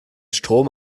strom